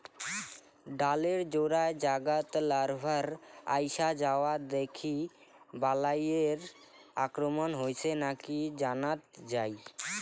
ডালের জোড়ের জাগাত লার্ভার আইসা যাওয়া দেখি বালাইয়ের আক্রমণ হইছে নাকি জানাত যাই